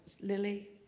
Lily